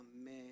Amen